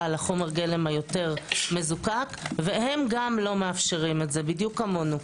על חומר הגלם היותר מזוקק וגם הם לא מאפשרים את זה בדיוק כמונו.